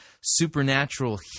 supernatural